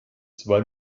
zwei